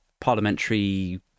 parliamentary